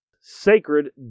sacred